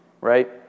right